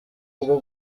bwo